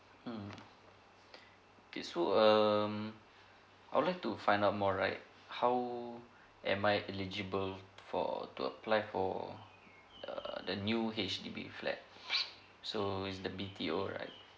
mm okay so um I'd like to find out more right how am I eligible for to apply for err the new H_D_B flat so is the B_T_O right